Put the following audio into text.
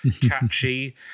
catchy